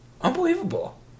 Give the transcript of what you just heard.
Unbelievable